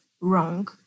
wrong